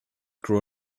grow